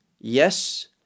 yes